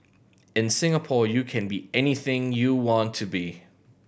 in Singapore you can be anything you want to be